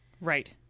Right